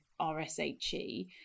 RSHE